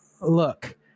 look